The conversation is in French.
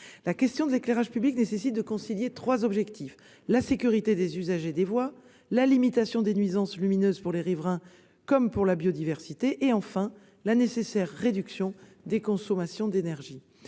La question de l'éclairage public nécessite de concilier trois objectifs : la sécurité des usagers des voies, la limitation des nuisances lumineuses pour les riverains comme pour la biodiversité et, enfin, la nécessaire réduction des consommations d'énergie.